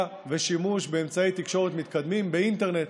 ושימוש באמצעי תקשורת מתקדמים באינטרנט.